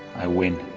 i win.